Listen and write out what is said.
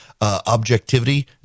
Objectivity